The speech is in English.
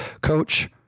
Coach